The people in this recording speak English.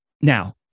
Now